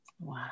Wow